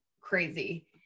crazy